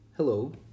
Hello